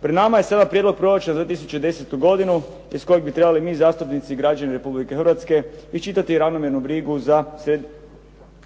Pred nama je sada prijedloga proračuna za 2010. godinu iz kojeg bi trebali mi zastupnici i građani Republike Hrvatske iščitati ravnomjernu